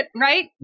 right